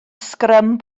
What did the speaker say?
sgrym